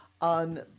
on